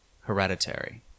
hereditary